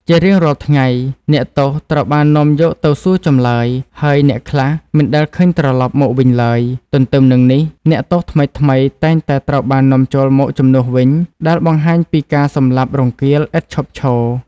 ជារៀងរាល់ថ្ងៃ អ្នកទោសត្រូវបាននាំយកទៅសួរចម្លើយ ហើយអ្នកខ្លះមិនដែលឃើញត្រឡប់មកវិញឡើយ។ ទន្ទឹមនឹងនេះ អ្នកទោសថ្មីៗតែងតែត្រូវបាននាំចូលមកជំនួសវិញ ដែលបង្ហាញពីការសម្លាប់រង្គាលឥតឈប់ឈរ។